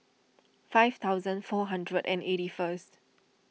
five thousand four hundred and eighty first